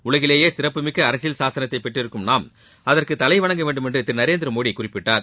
உலகிலேயே சிறப்புமிக்க அரசியல் சாசனத்தை பெற்றிருக்கும் நாம் அதற்கு தலைவணங்க வேண்டுமென்று திரு நரேந்திரமோடி குறிப்பிட்டார்